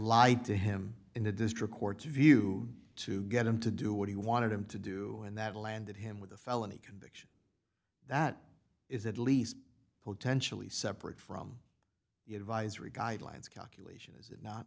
lied to him in the district court's view to get him to do what he wanted him to do and that landed him with a felony conviction that is at least potentially separate from the advisory guidelines calculation is it not